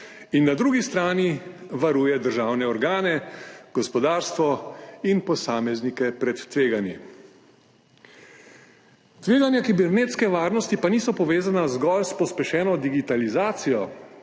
in na drugi strani varuje državne organe, gospodarstvo in posameznike pred tveganji. Tveganja kibernetske varnosti pa niso povezana zgolj s pospešeno digitalizacijo,